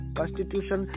Constitution